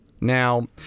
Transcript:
Now